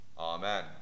Amen